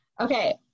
okay